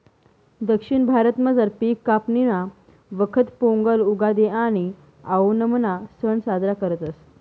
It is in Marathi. दक्षिण भारतामझार पिक कापणीना वखत पोंगल, उगादि आणि आओणमना सण साजरा करतस